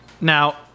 now